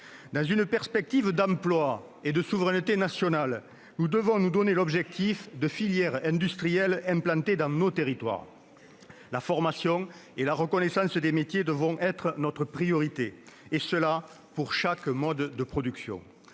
Dans une perspective d'emplois et de souveraineté nationale, nous devrons nous donner l'objectif de disposer de filières industrielles implantées dans nos territoires. La formation et la reconnaissance des métiers devront être notre priorité ; cela pour chaque mode de production.